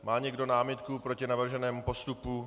Má někdo námitku proti navrženému postupu?